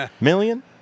million